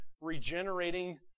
regenerating